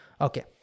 Okay